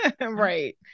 Right